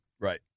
Right